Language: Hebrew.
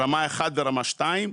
ורמה 1 ורמה 2,